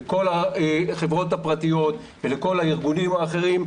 לכל החברות הפרטיות והארגונים האחרים,